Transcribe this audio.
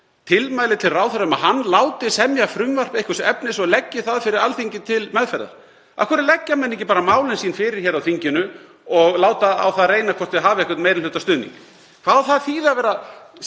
tilmæli til ráðherra um að hann láti semja frumvarp einhvers efnis og leggi það fyrir Alþingi til meðferðar. Af hverju leggja menn ekki bara mál sín fyrir hér á þinginu og láta á það reyna hvort þau hafi einhvern meirihlutastuðning? Hvað á það að þýða að vera að